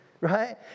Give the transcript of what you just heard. Right